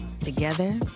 Together